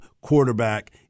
quarterback